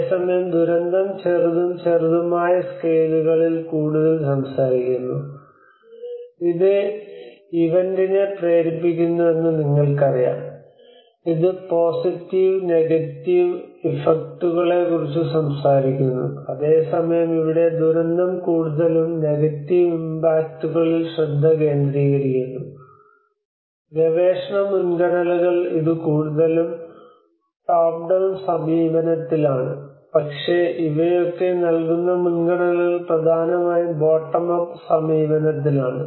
അതേസമയം ദുരന്തം ചെറുതും ചെറുതുമായ സ്കെയിലുകളിൽ കൂടുതൽ സംസാരിക്കുന്നു ഇത് ഇവന്റിനെ സമീപനത്തിലാണ് പക്ഷേ ഇവയൊക്കെ നൽകുന്ന മുൻഗണനകൾ പ്രധാനമായും ബൊട്ടം അപ്പ് സമീപനത്തിലാണ്